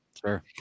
Sure